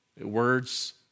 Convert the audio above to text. Words